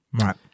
Right